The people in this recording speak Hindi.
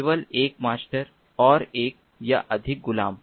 केवल एक मास्टर और एक या अधिक गुलाम